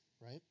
right